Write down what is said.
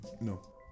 No